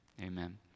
Amen